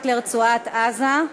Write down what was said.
המשט לרצועת-עזה,